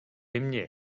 эмне